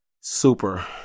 Super